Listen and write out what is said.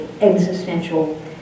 existential